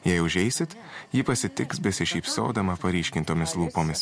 jei užeisit ji pasitiks besišypsodama paryškintomis lūpomis